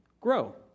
grow